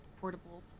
portable